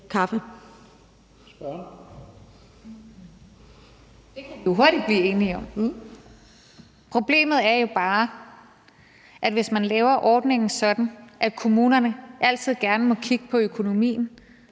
(EL): Det kan vi hurtigt blive enige om. Problemet er jo bare, hvis man laver ordningen sådan, at kommunerne altid gerne må kigge på økonomien,